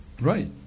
right